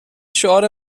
شعار